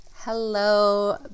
hello